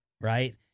right